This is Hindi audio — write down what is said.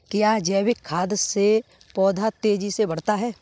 क्या जैविक खाद से पौधा तेजी से बढ़ता है?